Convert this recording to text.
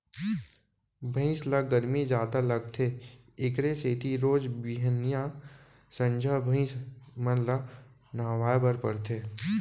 भइंस ल गरमी जादा लागथे एकरे सेती रोज बिहनियॉं, संझा भइंस मन ल नहवाए बर परथे